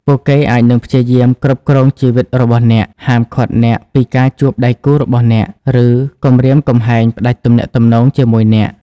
ពួកគេអាចនឹងព្យាយាមគ្រប់គ្រងជីវិតរបស់អ្នក ហាមឃាត់អ្នកពីការជួបដៃគូរបស់អ្នក ឬគំរាមកំហែងផ្តាច់ទំនាក់ទំនងជាមួយអ្នក។